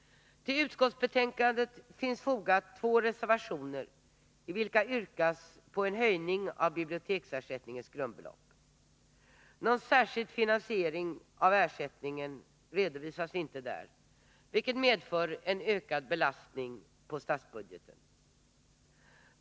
Till utskottsbetänkandet finns fogade två reservationer, i vilka yrkas på en höjning av biblioteksersättningens grundbelopp. Någon särskild finansiering av ersättningen redovisas inte där, vilket medför en ökad belastning på statsbudgeten.